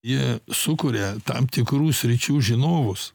jie sukuria tam tikrų sričių žinovus